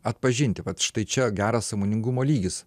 atpažinti vat štai čia geras sąmoningumo lygis